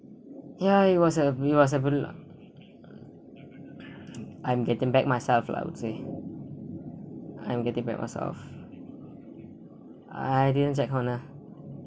ya it was a it was a lah I'm getting back myself lah I would say I'm getting back myself I didn't sit at corner